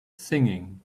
singing